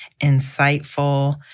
insightful